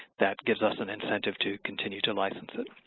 that gives us an incentive to continue to license it.